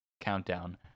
countdown